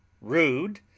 Rude